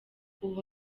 ubu